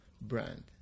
brand